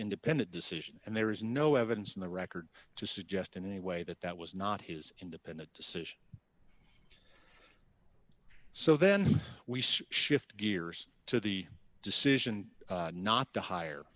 independent decision and there is no evidence in the record to suggest in any way that that was not his independent decision so then we shift gears to the decision not to hi